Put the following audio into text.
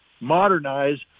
modernize